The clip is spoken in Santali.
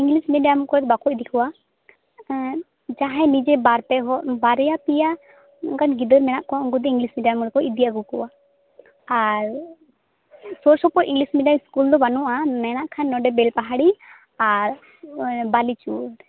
ᱤᱝᱞᱤᱥ ᱢᱤᱰᱤᱭᱟᱢ ᱠᱚᱨᱮ ᱵᱟᱠᱚ ᱤᱫᱤ ᱠᱚᱣᱟ ᱡᱟᱦᱟᱭ ᱱᱤᱡᱮ ᱵᱟᱨᱯᱮ ᱦᱚᱲ ᱵᱟᱨ ᱯᱮᱭᱟᱜᱟᱱ ᱜᱤᱫᱽᱨᱟᱹ ᱢᱮᱱᱟ ᱠᱚᱣᱟ ᱩᱱᱠᱩ ᱫᱚ ᱤᱝᱞᱤᱥ ᱢᱤᱰᱤᱭᱟᱢ ᱨᱮᱠᱚ ᱤᱫᱤ ᱟᱹᱜᱩ ᱠᱚᱣᱟ ᱟᱨ ᱥᱳᱨ ᱥᱩᱯᱩᱨ ᱤᱝᱞᱤᱥ ᱢᱤᱰᱤᱭᱟᱢ ᱤᱥᱠᱩᱞ ᱫᱚ ᱵᱟᱹᱱᱩᱜᱼᱟ ᱢᱮᱱᱟ ᱠᱷᱟᱱ ᱱᱚᱰᱮ ᱵᱮᱞᱯᱟᱦᱟᱲᱤ ᱟᱨ ᱵᱟᱞᱤᱪᱩᱲ